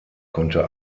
konnte